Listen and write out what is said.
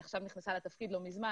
היא נכנסה לתפקיד לא מזמן